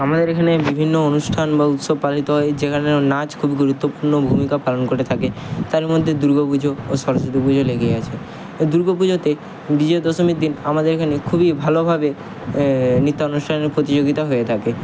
আমাদের এখানে বিভিন্ন অনুষ্ঠান বা উৎসব পালিত হয় যেখানে নাচ খুবই গুরুত্বপূর্ণ ভূমিকা পালন করে থাকে তার মধ্যে দুর্গা পুজো ও সরস্বতী পুজো লেগেই আছে দুর্গা পুজোতে বিজয়া দশমীর দিন আমাদের এখানে খুবই ভালোভাবে নৃত্য অনুষ্ঠানের প্রতিযোগিতা হয়ে থাকে